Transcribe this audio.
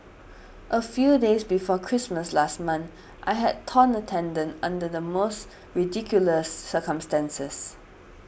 a few days before Christmas last month I had torn a tendon under the most ridiculous circumstances